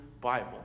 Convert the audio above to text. Bible